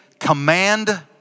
command